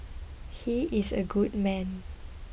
he is a good man